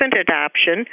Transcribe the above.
adoption